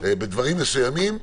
בדברים מסוימים,